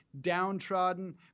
downtrodden